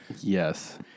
Yes